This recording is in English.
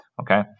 okay